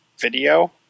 video